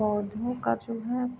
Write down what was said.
पौंधों का जो है